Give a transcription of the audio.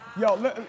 Yo